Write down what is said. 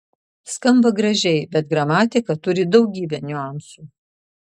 skamba gražiai bet gramatika turi daugybę niuansų